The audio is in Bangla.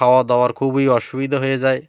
খাওয়া দাওয়ার খুবই অসুবিধা হয়ে যায়